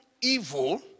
evil